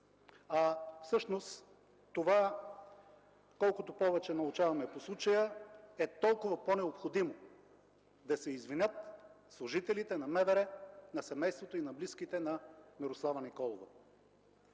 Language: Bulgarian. Всъщност колкото повече научаваме по случая, това е толкова по-необходимо – да се извинят служителите на МВР на семейството и близките на Мирослава Николова.